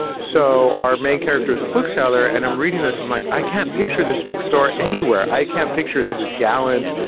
so our main character is a bookseller and i'm reading this and like, i can't picture this bookstore anywhere. i can't picture this gallant,